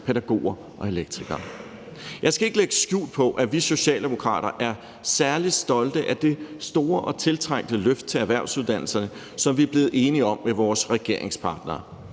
pædagoger og elektrikere. Jeg skal ikke lægge skjul på, at vi Socialdemokrater er særlig stolte af det store og tiltrængte løft til erhvervsuddannelserne, som vi er blevet enige om med vores regeringspartnere.